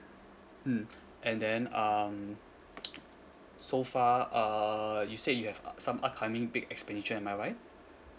mm and then um so far uh you say you have some upcoming big expenditure am I right